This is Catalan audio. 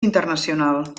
internacional